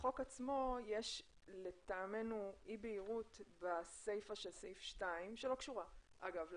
בחוק עצמו לטעמנו יש אי בהירות בסיפה של סעיף 2 שלא קשורה להצעה.